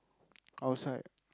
outside